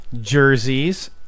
jerseys